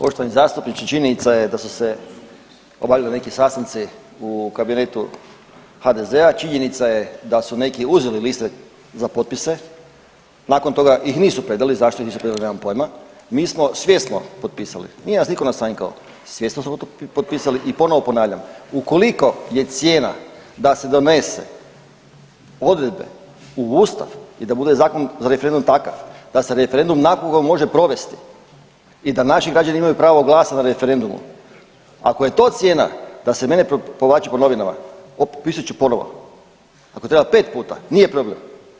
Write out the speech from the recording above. Poštovani zastupniče, činjenica je da su se obavljali neki sastanci u kabinetu HDZ-a, činjenica je da su neki uzeli liste za potpise, nakon toga ih nisu predali, zašto ih nisu predali, nemam pojma, mi smo svjesni potpisali, nije nas nitko nasanjkao, svjesno smo to potpisali i ponovno ponavljam, ukoliko je cijena da se donese odredbe u Ustav i da bude Zakon za referendum takav da se referendum naknadno može provesti i da naši građani imaju pravo glasa na referendumu, ako je to cijena da se mene povlači po novinama, potpisat ću ponovo, ako treba 5 puta, nije problem.